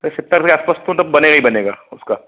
अरे सत्तर के आस पास तो मतलब बनेगा ही बनेगा उसका